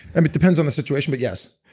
um it depends on the situation but yes